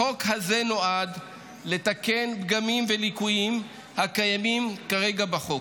החוק הזה נועד לתקן פגמים וליקויים הקיימים כרגע בחוק,